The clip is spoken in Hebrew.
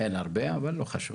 אין הרבה, אבל לא חשוב.